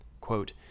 Quote